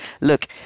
look